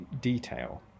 detail